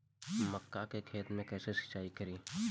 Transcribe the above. मका के खेत मे कैसे सिचाई करी?